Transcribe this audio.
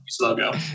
logo